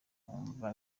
nkumva